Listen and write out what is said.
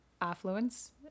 affluence